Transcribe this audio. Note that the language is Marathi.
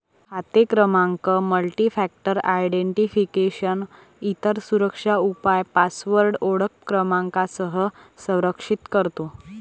खाते क्रमांक मल्टीफॅक्टर आयडेंटिफिकेशन, इतर सुरक्षा उपाय पासवर्ड ओळख क्रमांकासह संरक्षित करतो